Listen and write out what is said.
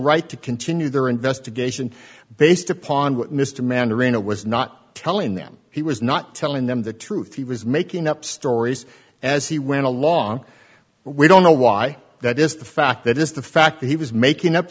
right to continue their investigation based upon what mr mannering a was not telling them he was not telling them the truth he was making up stories as he went along we don't know why that is the fact that is the fact that he was making up